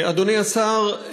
אדוני השר,